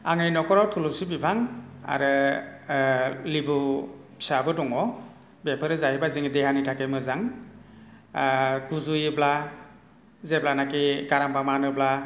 आंनि न'खराव थुलुनसि बिफां आरो लेबु फिसाबो दङ बेफोरो जाहैबाय देहानि थाखैबो मोजां आर गुजुयोब्ला जेब्लानाखि गारामा मानोब्ला